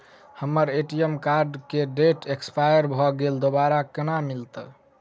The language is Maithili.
हम्मर ए.टी.एम कार्ड केँ डेट एक्सपायर भऽ गेल दोबारा कोना मिलत?